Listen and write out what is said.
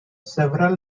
several